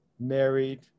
Married